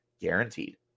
guaranteed